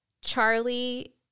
Charlie